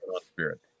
Spirit